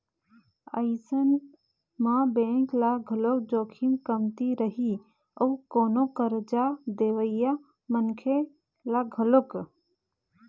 अइसन म बेंक ल घलोक जोखिम कमती रही अउ कोनो करजा देवइया मनखे ल घलोक